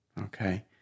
Okay